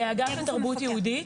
האגף לתרבות יהודית.